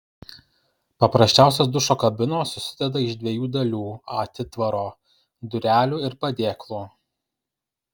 paprasčiausios dušo kabinos susideda iš dviejų dalių atitvaro durelių ir padėklo